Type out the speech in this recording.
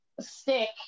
stick